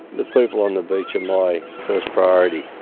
the people on the beach are my first priority.